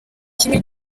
kimwe